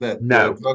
No